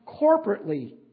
corporately